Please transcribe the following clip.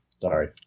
Sorry